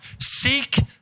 Seek